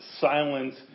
silence